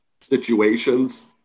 situations